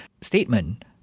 statement